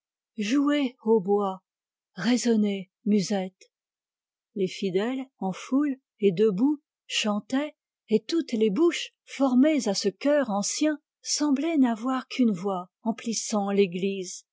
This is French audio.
jouez hautbois résonnez musettes les fidèles en foule et debout chantaient et toutes les bouches formées à ce chœur ancien semblaient n'avoir qu'une voix emplissant l'église